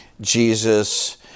Jesus